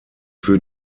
für